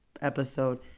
episode